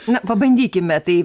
na pabandykime tai